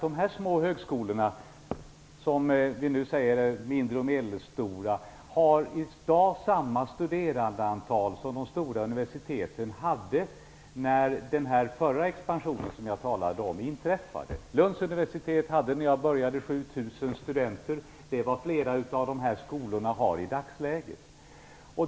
De här små högskolorna - som vi nu benämner mindre och medelstora - har i dag samma studerandeantal som de stora universiteten hade när den förra expansionen som jag talade om inträffade. Lunds universitet hade när jag började 7 000 studenter. Det är vad flera av de här skolorna har i dagsläget.